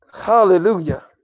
Hallelujah